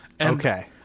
Okay